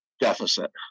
deficit